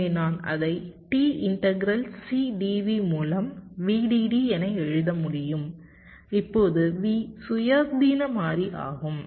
எனவே நான் அதை t இன்டெக்ரல் C dV மூலம் VDD என எழுத முடியும் இப்போது V சுயாதீன மாறி ஆகும்